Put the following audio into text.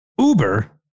Uber